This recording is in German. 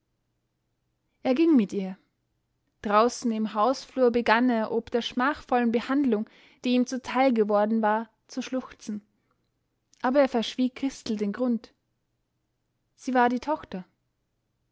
er ging mit ihr draußen im hausflur begann er ob der schmachvollen behandlung die ihm zuteil geworden war zu schluchzen aber er verschwieg christel den grund sie war die tochter